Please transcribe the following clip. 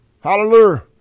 Hallelujah